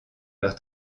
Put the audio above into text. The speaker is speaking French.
leur